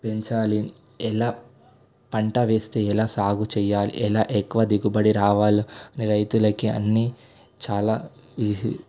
పెంచాలి ఎలా పంట వేస్తే ఎలా సాగు చెయ్యాలి ఎలా ఎక్కువ దిగుబడి రావాలో రైతులకి అన్నీ చాలా ఈజీ